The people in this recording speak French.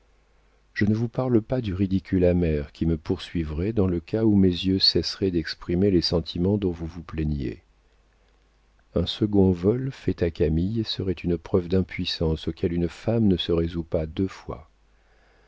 je ne vous parle pas du ridicule amer qui me poursuivrait dans le cas où mes yeux cesseraient d'exprimer les sentiments dont vous vous plaignez un second vol fait à camille serait une preuve d'impuissance auquel une femme ne se résout pas deux fois